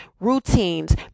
routines